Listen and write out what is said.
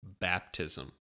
baptism